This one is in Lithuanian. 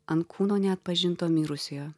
ant kūno neatpažinto mirusiojo